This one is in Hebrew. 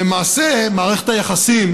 למעשה מערכת היחסים